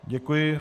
Děkuji.